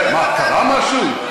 מה, קרה משהו?